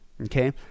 okay